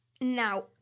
Now